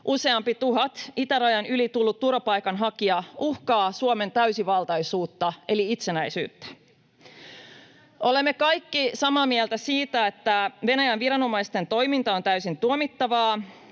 useampi tuhat itärajan yli tullutta turvapaikanhakijaa uhkaa Suomen täysivaltaisuutta eli itsenäisyyttä. [Sanna Antikaisen välihuuto] Olemme kaikki samaa mieltä siitä, että Venäjän viranomaisten toiminta on täysin tuomittavaa,